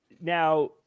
Now